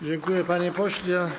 Dziękuję, panie pośle.